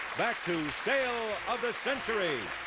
back to ale of the century.